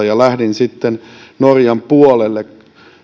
ja lähdin sitten norjan puolelle